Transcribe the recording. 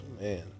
Man